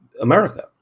America